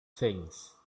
things